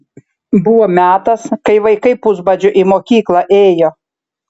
buvo metas kai vaikai pusbadžiu į mokyklą ėjo